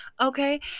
okay